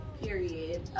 Period